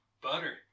butter